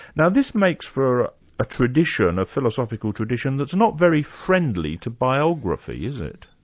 now this makes for a tradition, a philosophical tradition, that's not very friendly to biography, is it?